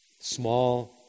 small